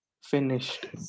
Finished